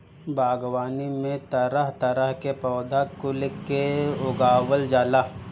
बागवानी में तरह तरह के पौधा कुल के उगावल जाला